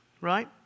right